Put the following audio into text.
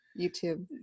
YouTube